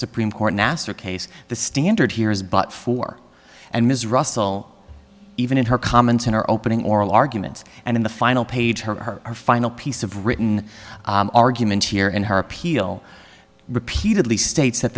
supreme court nassar case the standard here is but for and ms russell even in her comments in her opening oral arguments and in the final page her final piece of written arguments here and her appeal repeatedly states that